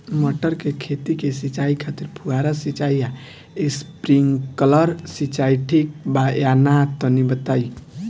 मटर के खेती के सिचाई खातिर फुहारा सिंचाई या स्प्रिंकलर सिंचाई ठीक बा या ना तनि बताई?